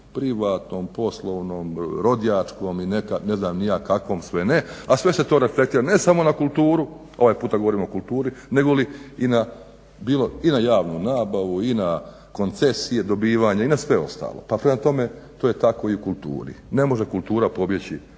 privatnom, poslovnom, rođačkom i ne znam kakvom sve ne, a sve se to reflektira ne samo na kulturu, ovaj puta govorim o kulturi, nego i na javnu nabavu i na koncesije dobivanje i na sve ostalo, pa prema tome to j teko i u kulturi. Ne može kultura pobjeći